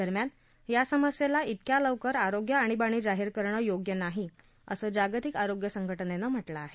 दरम्यान या समस्येला इतक्या लवकर आरोग्य आणीबाणी जाहीर करणं योग्य नाही असं जागतिक आरोग्य संघटनेनं म्हटलं आहे